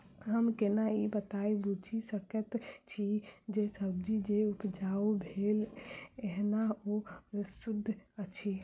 हम केना ए बात बुझी सकैत छी जे सब्जी जे उपजाउ भेल एहन ओ सुद्ध अछि?